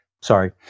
sorry